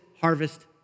harvest